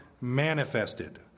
manifested